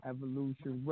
Evolution